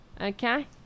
Okay